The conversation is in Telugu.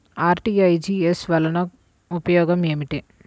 అర్.టీ.జీ.ఎస్ వలన ఉపయోగం ఏమిటీ?